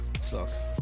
sucks